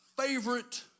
favorite